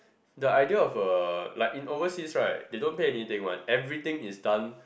the idea of a like in overseas right they don't pay anything everything is done